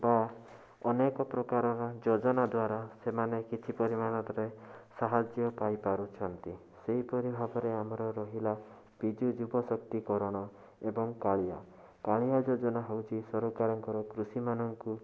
ବା ଅନେକ ପ୍ରକାରର ଯୋଜନା ଦ୍ଵାରା ସେମାନେ କିଛି ପରିମାଣ ମାତ୍ରେ ସାହାଯ୍ୟ ପାଇପାରୁଛନ୍ତି ସେହିପରି ଭାବରେ ଆମର ରହିଲା ବିଜୁ ଯୁବଶକ୍ତିକରଣ ଏବଂ କାଳିଆ କାଳିଆ ଯୋଜନା ହେଉଛି ସରକାରଙ୍କର କୃଷିମାନଙ୍କୁ